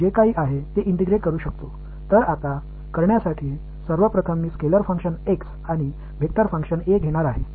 எனவே இப்போது செய்ய வேண்டிய முதல் படி என்னவென்றால் நான் ஒரு ஸ்கேலார் பங்க்ஷன் f மற்றும் ஒரு வெக்டர் பங்க்ஷன் A எடுத்துக் கொள்கிறேன்